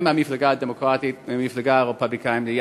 הן מהמפלגה הדמוקרטית והן מהמפלגה הרפובליקנית.